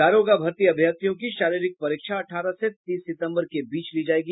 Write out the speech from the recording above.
दारोगा भर्ती अभ्यर्थियों की शरीरिक परीक्षा अठारह से तीस सितंबर के बीच ली जायेगी